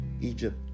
Egypt